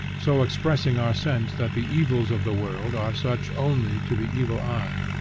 so expressing our sense that the evils of the world are such only to the evil eye.